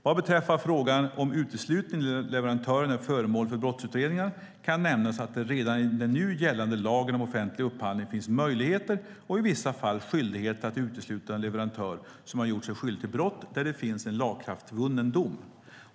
Vad beträffar frågan om uteslutning när leverantören är föremål för brottsutredningar kan nämnas att det redan i den nu gällande lagen om offentlig upphandling, LOU, finns möjligheter och i vissa fall skyldigheter att utesluta en leverantör som har gjort sig skyldig till brott där det finns en lagakraftvunnen dom.